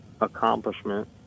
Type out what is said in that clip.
accomplishment